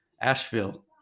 Asheville